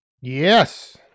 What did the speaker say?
yes